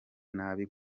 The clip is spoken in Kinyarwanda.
nabi